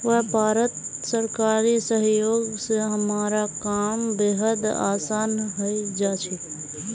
व्यापारत सरकारी सहयोग स हमारा काम बेहद आसान हइ जा छेक